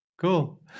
cool